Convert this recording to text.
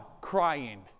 crying